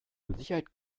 sicherheit